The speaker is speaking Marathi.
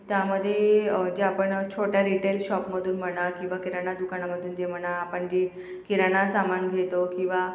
त्यामध्ये जे आपण छोटया रिटेल शॉपमधून म्हणा किंवा किराणा दुकानामधून जे म्हणा आपण जे किराणा सामान घेतो किंवा